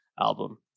album